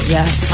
Yes